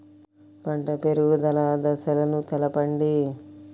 పంట పెరుగుదల దశలను తెలపండి?